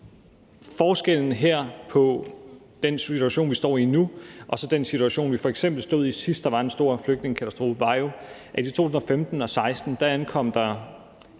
forskellen på den situation, vi står i nu, og den situation, vi f.eks. stod i, sidst der var en stor flygtningekatastrofe, jo er, at der i 2015 og 2016 ankom